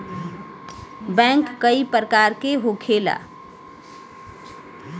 bank कई प्रकार के होखेला